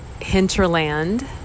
Hinterland